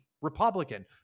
Republican